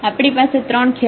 આપણી પાસે ત્રણ ખ્યાલ છે